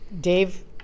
Dave